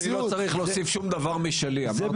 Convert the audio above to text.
אני לא צריך להוסיף שום דבר משלי, אמרת